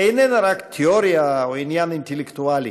איננה רק תאוריה או עניין אינטלקטואלי,